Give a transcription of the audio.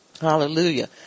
Hallelujah